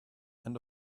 and